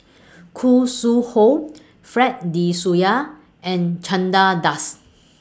Khoo Sui Hoe Fred De Souza and Chandra Das